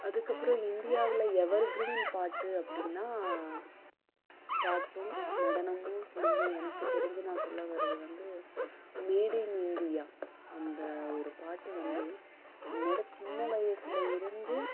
அதற்கப்றம் இந்தியாவில் evergreen பாட்டு அப்படின்னா பட்டும் நடனமும் சேர்ந்து எனக்கு தெரிஞ்சு நான் சொல்ல வர்றது வந்து மேட் இன் இந்தியா அந்த ஒரு பாட்டு வந்தது என்னோட சின்ன வயசில் இருந்து